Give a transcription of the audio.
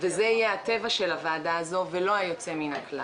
וזה יהיה הטבע של הועדה הזו ולא היוצא מן הכלל.